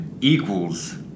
Equals